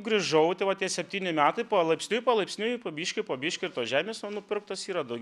grįžau tai va tie septyni metai palaipsniui palaipsniui po biški po biški ir tos žemės nupirktos yra daugiau